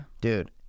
Dude